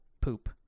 poop